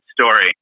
Story